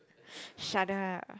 shut up